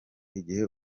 igihe